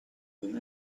than